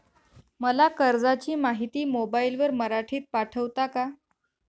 मला कर्जाची माहिती मोबाईलवर मराठीत पाठवता का?